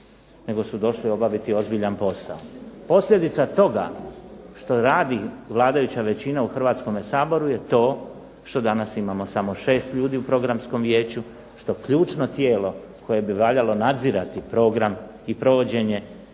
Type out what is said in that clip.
nego su došli obaviti ozbiljan posao. Posljedica toga što radi vladajuća većina u Hrvatskome saboru je to što danas imamo samo 6 ljudi u Programskom vijeću, što ključno tijelo koje bi valjalo nadzirati program i provođenje